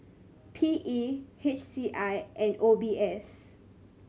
P E H C I and O B S